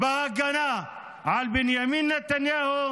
בהגנה על בנימין נתניהו